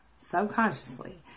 subconsciously